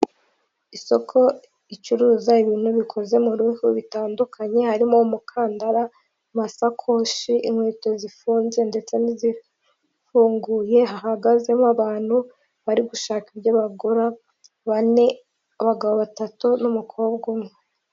Isoko icuruza ibintu bikoze mu bihu bitandukanye harimo umukandara amasakoshi inkweto zifunze ndetse n'izifunguye hahagazemo abantu barigushaka ibyo abagore bane abagabo batatu n'umukobwa umwe.